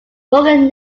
morgan